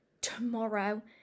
tomorrow